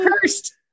cursed